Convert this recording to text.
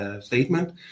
statement